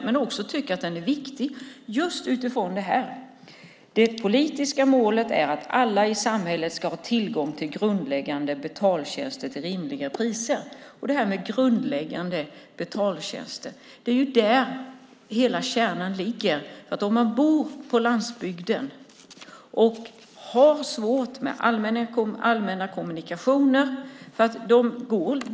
Jag tycker också att den är viktig utifrån detta: Det politiska målet är att alla i samhället ska ha tillgång till grundläggande betaltjänster till rimliga priser. Det är där hela kärnan ligger om man bor på landsbygden och har svårt med allmänna kommunikationer.